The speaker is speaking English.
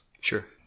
Sure